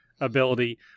ability